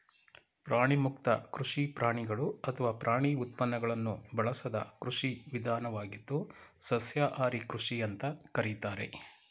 ಪ್ರಾಣಿಮುಕ್ತ ಕೃಷಿ ಪ್ರಾಣಿಗಳು ಅಥವಾ ಪ್ರಾಣಿ ಉತ್ಪನ್ನಗಳನ್ನು ಬಳಸದ ಕೃಷಿ ವಿಧಾನವಾಗಿದ್ದು ಸಸ್ಯಾಹಾರಿ ಕೃಷಿ ಅಂತ ಕರೀತಾರೆ